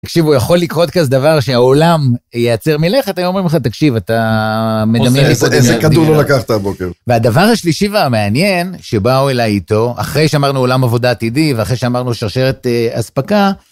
תקשיבו, יכול לקרות כזה דבר שהעולם יעצר מלכת? היו אומרים לך, תקשיב, אתה מדמיין לי... איזה כדור לא לקחת הבוקר. והדבר השלישי והמעניין, שבאו אליי איתו, אחרי שאמרנו עולם עבודה עתידי ואחרי שאמרנו שרשרת אספקה